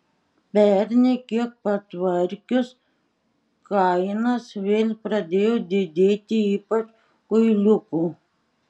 pernai kiek patvarkius kainas vėl pradėjo didėti ypač kuiliukų